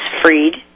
freed